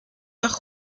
der